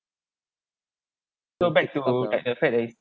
so back to like the fact that is